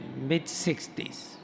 mid-60s